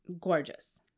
Gorgeous